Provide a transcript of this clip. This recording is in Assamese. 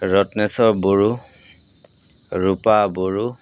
ৰত্নেশ্বৰ বড়ো ৰূপা বড়ো